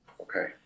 Okay